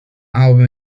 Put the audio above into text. album